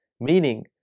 Meaning